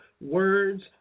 Words